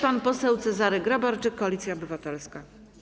Pan poseł Cezary Grabarczyk, Koalicja Obywatelska.